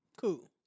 Cool